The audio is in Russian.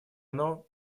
оно